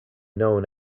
known